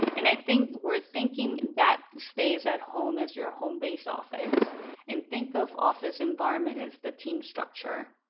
and i think we're thinking that stays at home as your home based office. and think of office environment is the team structure.